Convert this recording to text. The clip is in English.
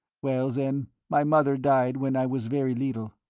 well, then, my mother died when i was very little.